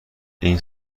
این